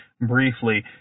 briefly